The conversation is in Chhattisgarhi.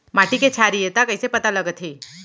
माटी के क्षारीयता कइसे पता लगथे?